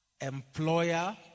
Employer